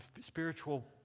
spiritual